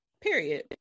period